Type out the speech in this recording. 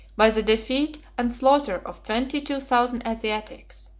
by the defeat and slaughter of twenty-two thousand asiatics.